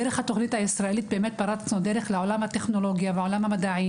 דרך התוכנית הישראלית פרצנו דרך לעולם הטכנולוגיה והמדע,